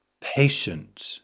patient